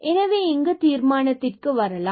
எனவே இங்கு தீர்மானத்திற்கு வரலாம்